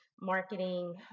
marketing